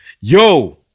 Yo